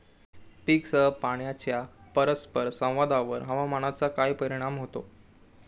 पीकसह पाण्याच्या परस्पर संवादावर हवामानाचा काय परिणाम होतो?